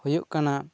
ᱦᱳᱭᱳᱜ ᱠᱟᱱᱟ